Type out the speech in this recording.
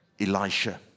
Elisha